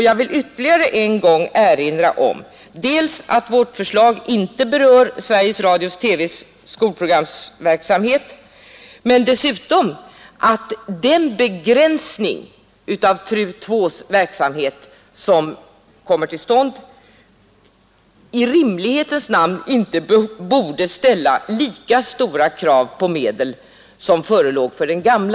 Jag vill än en gång erinra om dels att vårt förslag inte berör Sveriges Radio-TV:s skolprogramverksamhet, dels att den begränsning av den nya TRU-kommitténs verksamhet som kommer till stånd i rimlighetens namn inte borde ställa lika stora krav på medel